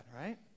right